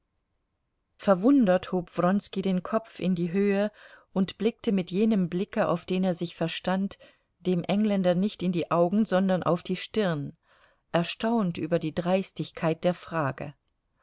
verwundert hob wronski den kopf in die höhe und blickte mit jenem blicke auf den er sich verstand dem engländer nicht in die augen sondern auf die stirn erstaunt über die dreistigkeit der frage